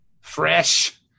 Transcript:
fresh